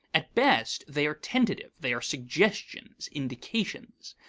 at best they are tentative they are suggestions, indications.